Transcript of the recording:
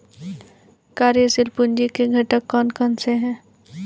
कार्यशील पूंजी के घटक कौन कौन से हैं?